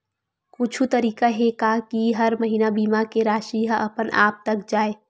कुछु तरीका हे का कि हर महीना बीमा के राशि हा अपन आप कत जाय?